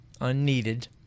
unneeded